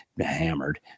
hammered